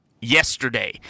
yesterday